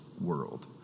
world